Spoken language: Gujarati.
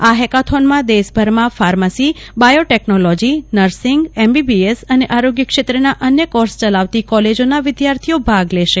આ હેકાથોનમાં દેશભરમાં ફાર્મસી બાયોટેકનોલોજી નીસિંગ એમબીબીએસ અને આરોગ્ય ક્ષેત્રના અન્ય કોર્સ ચલાવતી કૉલેજોના વિદ્યાર્થીઓ ભાગ લેશે